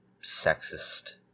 sexist